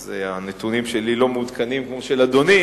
אז הנתונים שלי לא מעודכנים כמו של אדוני,